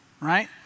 right